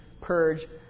purge